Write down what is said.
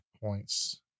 points